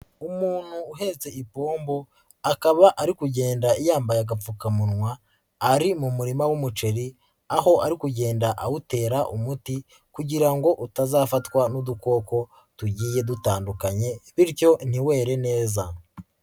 Umuntu uhetse ipombo akaba ari kugenda yambaye agapfukamunwa, ari mu murima w'umuceri aho ari kugenda awutera umuti kugira ngo utazafatwa n'udukoko tugiye dutandukanye bityo ntiwere neza.